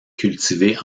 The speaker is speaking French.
cultivé